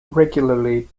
regularly